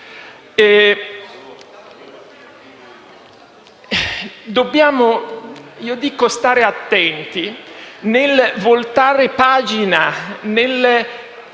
Dobbiamo stare attenti, nel voltare pagina e